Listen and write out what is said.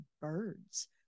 birds